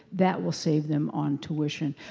that will save them on tuition.